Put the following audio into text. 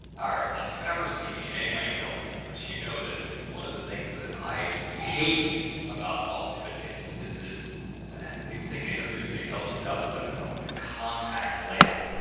all right! well, if you've ever seen me in any my excel seminars you know, that one of the things that i hate about all pivot tables is this a new thing they introduced an excel two thousand and seven, called the compact layout,